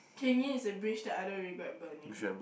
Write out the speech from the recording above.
Keng-Yi is a bridge that I don't regret burning